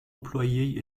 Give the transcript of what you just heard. employées